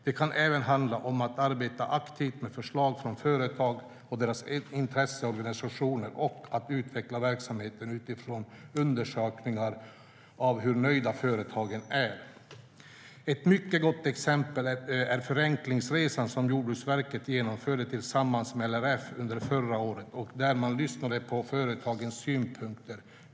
Det kan även handla om att arbeta aktivt med förslag från företag och deras intresseorganisationer och att utveckla verksamheten utifrån undersökningar av hur nöjda företagen är. Ett mycket gott exempel är Förenklingsresan som Jordbruksverket genomförde tillsammans med LRF under förra året, där man lyssnade på företagens synpunkter.